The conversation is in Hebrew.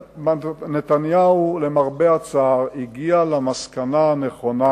נתניהו, למרבה הצער, הגיע למסקנה הנכונה,